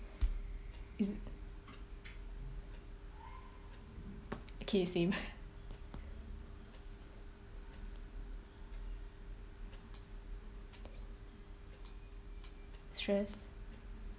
is it okay same stress